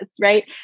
right